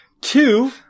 Two